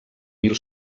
mil